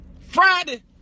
Friday